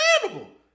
Understandable